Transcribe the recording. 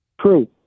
True